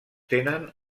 tenen